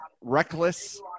reckless